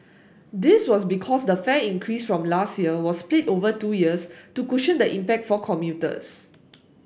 this was because the fare increase from last year was split over two years to cushion the impact for commuters